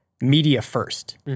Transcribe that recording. media-first